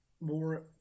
more